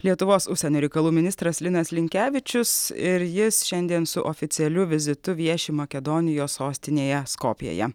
lietuvos užsienio reikalų ministras linas linkevičius ir jis šiandien su oficialiu vizitu vieši makedonijos sostinėje skopjėje